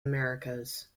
americas